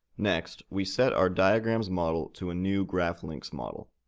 next, we set our diagram's model to a new graphlinksmodel.